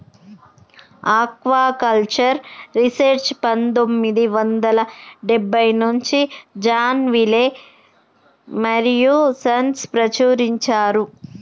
aquaculture research పందొమ్మిది వందల డెబ్బై నుంచి జాన్ విలే మరియూ సన్స్ ప్రచురించారు